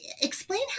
explain